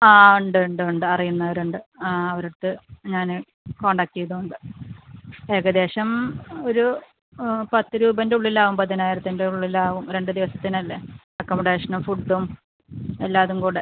ആ ഉണ്ട് ഉണ്ട് ഉണ്ട് അറിയുന്നവരുണ്ട് ആ ഓരടുത്ത് ഞാൻ കോൺടാക്റ്റ് ചെയ്തോണ്ട് ഏകദേശം ഒരു പത്ത് രൂപേൻ്റെ ഉള്ളിലാവും ഒമ്പതിനായിരത്തിൻ്റെ ഉള്ളിലാവും രണ്ട് ദിവസത്തിനല്ലേ അക്കോമഡേഷനും ഫുഡ്ഡും എല്ലാതും കൂടെ